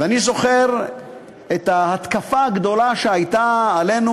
ואני זוכר את ההתקפה הגדולה שהייתה עלינו.